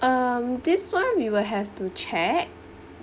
um this [one] we will have to check